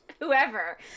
whoever